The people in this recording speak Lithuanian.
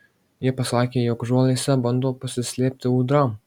ji pasakė jog žolėse bando pasislėpti ūdra